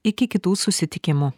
iki kitų susitikimų